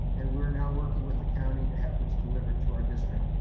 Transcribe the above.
and we are now working with the county to have those delivered to our district.